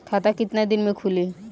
खाता कितना दिन में खुलि?